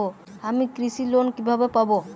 আমি কৃষি লোন কিভাবে পাবো?